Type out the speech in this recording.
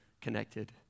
connected